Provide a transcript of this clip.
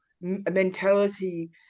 mentality